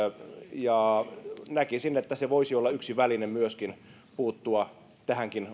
ja näkisin että se voisi olla yksi väline myöskin puuttua tähänkin